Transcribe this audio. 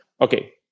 Okay